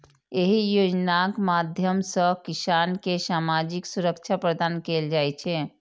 एहि योजनाक माध्यम सं किसान कें सामाजिक सुरक्षा प्रदान कैल जाइ छै